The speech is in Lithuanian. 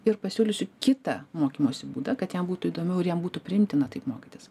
ir pasiūlysiu kitą mokymosi būdą kad jam būtų įdomiau ir jam būtų priimtina taip mokytis